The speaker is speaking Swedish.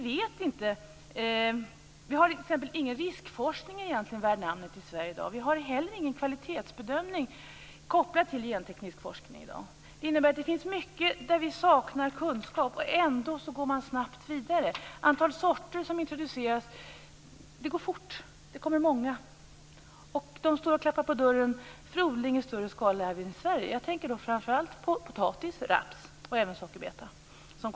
Vi har egentligen ingen riskforskning värd namnet i Sverige i dag. Vi har heller ingen kvalitetsbedömning kopplad till genteknisk forskning i dag. Det innebär att det finns mycket där vi saknar kunskap. Ändå går man snabbt vidare. När det gäller antalet sorter som introduceras går det fort. Det kommer många. De står och knackar på dörren för odling i större skala även här i Sverige. Jag tänker då framför allt på potatis, raps och även sockerbeta.